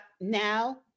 now